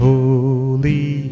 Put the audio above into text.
Holy